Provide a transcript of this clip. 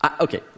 Okay